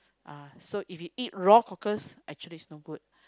uh so if you eat raw cockles actually it's no good